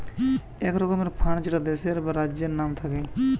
এক রকমের ফান্ড যেটা দেশের বা রাজ্যের নাম থাকে